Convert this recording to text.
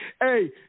Hey